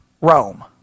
Rome